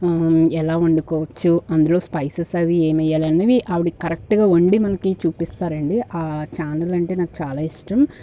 ఎలా వండుకోవచ్చు అందులో స్పైసెస్ అవి ఏం వేయాలనేది ఆవిడకి కరెక్ట్గా వండి మనకి చూపిస్తారండి ఆ చానల్ అంటే నాకు చాలా ఇష్టం